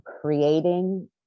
creating